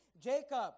Jacob